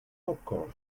popcorn